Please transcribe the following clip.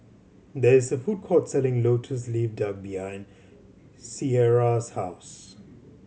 there is a food court selling Lotus Leaf Duck behind Ciarra's house